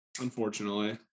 Unfortunately